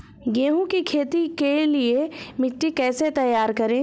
गेहूँ की खेती के लिए मिट्टी कैसे तैयार करें?